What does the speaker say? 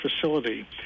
facility